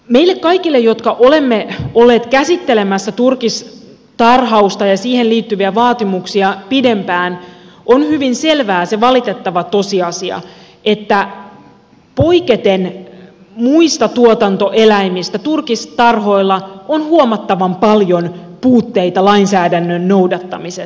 meille kaikille jotka olemme olleet pidempään käsittelemässä turkistarhausta ja siihen liittyviä vaatimuksia on hyvin selvä se valitettava tosiasia että poiketen muista tuotantoeläimistä turkistarhoilla on huomattavan paljon puutteita lainsäädännön noudattamisessa